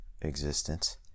existence